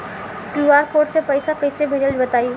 QR code से पईसा कईसे भेजब बताई?